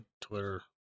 Twitter